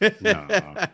No